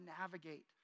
navigate